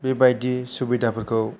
बेबायदि सुबिदा फोरखौ